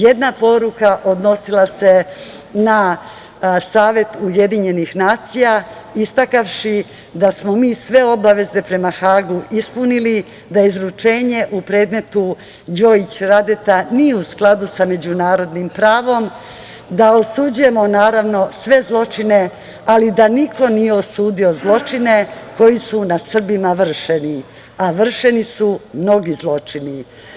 Jedna poruka odnosila se na Savet UN istakavši da smo mi sve obaveze prema Hagu ispunili, da izručenje u predmetu Jojić-Radeta nije u skladu sa međunarodnim pravom, da osuđujemo sve zločine, ali da niko nije osudio zločine koji su nad Srbima vršeni, a vršeni su mnogi zločini.